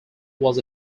was